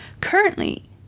Currently